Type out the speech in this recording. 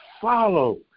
follow